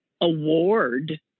award